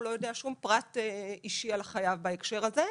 הוא לא יודע שום פרט אישי על חייו בהקשר הזה,